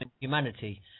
humanity